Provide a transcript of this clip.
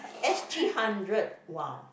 S_G hundred !wow!